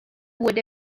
would